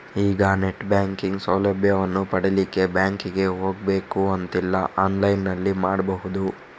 ಈಗ net banking ಸೌಲಭ್ಯವನ್ನು ಪಡೀಲಿಕ್ಕೆ ಬ್ಯಾಂಕಿಗೆ ಹೋಗ್ಬೇಕು ಅಂತಿಲ್ಲ ಆನ್ಲೈನಿನಲ್ಲಿ ಮಾಡ್ಬಹುದು